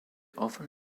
often